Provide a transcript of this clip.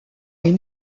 est